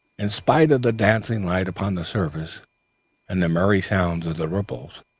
in spite of the dancing light upon the surface and the merry sounds of the ripples,